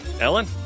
Ellen